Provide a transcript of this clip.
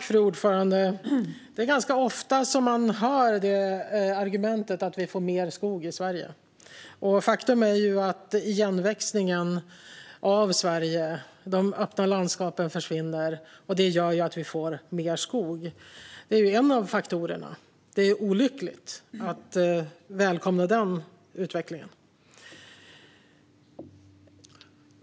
Fru talman! Det är ganska ofta man hör argumentet att vi får mer skog i Sverige. Faktum är att igenväxningen av Sverige ökar och de öppna landskapen försvinner, vilket gör att vi får mer skog. Detta är en av faktorerna, och det är olyckligt att välkomna den utvecklingen.